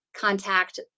contact